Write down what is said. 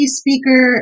speaker